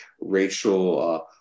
racial